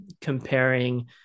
comparing